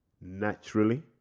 Naturally